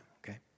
okay